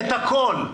את הכול.